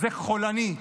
זה חולני.